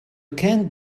can’t